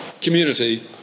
community